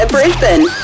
Brisbane